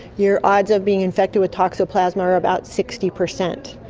your odds of being infected with toxoplasma are about sixty percent,